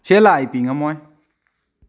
ꯁꯦꯜꯂꯥ ꯑꯩ ꯄꯤ ꯉꯝꯃꯣꯏ